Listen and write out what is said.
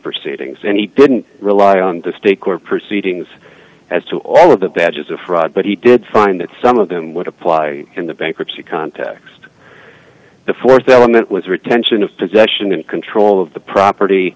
proceedings and he didn't rely on the state court proceedings as to all of that that is a fraud but he did find that some of them would apply in the bankruptcy context the th element was retention of possession and control of the property